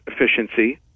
efficiency